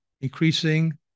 increasing